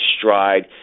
stride